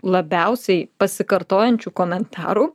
labiausiai pasikartojančių komentarų